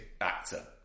actor